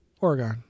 Oregon